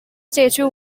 statute